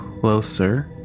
Closer